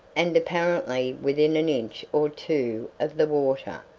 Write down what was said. and apparently within an inch or two of the water,